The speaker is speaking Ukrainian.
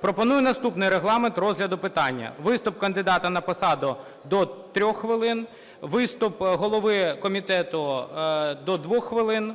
Пропоную наступний регламент розгляду питання: виступ кандидата на посаду – до 3 хвилин, виступ голови комітету – до 2 хвилин,